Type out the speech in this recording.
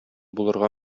булырга